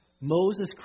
Moses